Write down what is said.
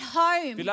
home